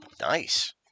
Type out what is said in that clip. Nice